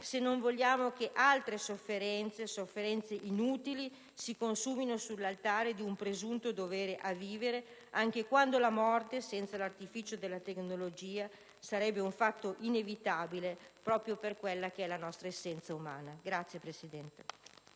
se non vogliamo che altre sofferenze inutili si consumino sull'altare di un presunto dovere a vivere, anche quando la morte, senza l'artificio della tecnologia, sarebbe un fatto inevitabile proprio per quella che è la nostra essenza umana. *(Applausi